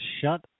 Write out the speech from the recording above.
shut